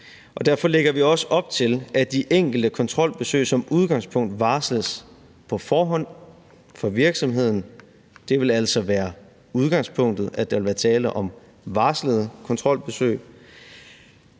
derfor lægger vi også op til, at de enkelte kontrolbesøg som udgangspunkt varsles på forhånd over for virksomheden. Det vil altså være udgangspunktet, at der vil være tale om varslede kontrolbesøg.